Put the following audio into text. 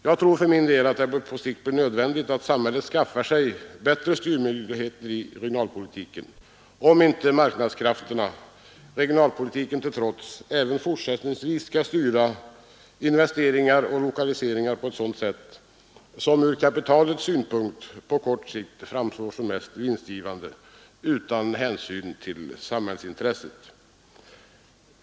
Jag tror för min del att det blir nödvändigt att samhället skaffar sig bättre styrmedel i regionalpolitiken om inte marknadskrafterna, regionalpolitiken till trots, även fortsättningsvis skall styra investeringar och lokaliseringar på ett sätt som ur kapitalets synpunkt och på kort sikt framstår som de mest vinstgivande utan hänsyn till samhällsintresset.